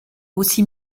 aussi